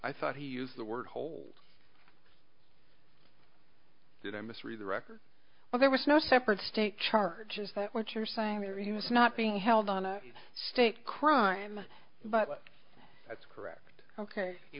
i thought he used the word hole did i misread the record well there was no separate state charge is that what you're saying that he was not being held on a state crime but that's correct ok he